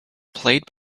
played